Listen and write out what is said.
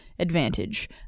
advantage